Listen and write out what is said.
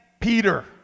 Peter